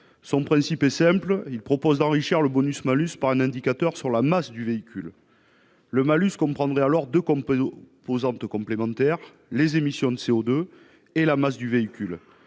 d'une issue différente. Il s'agit d'enrichir le bonus-malus par un indicateur basé sur le poids du véhicule. Le malus comprendrait alors deux composantes complémentaires : les émissions de CO2 et la masse du véhicule.